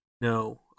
No